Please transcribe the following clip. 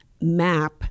map